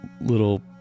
little